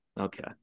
Okay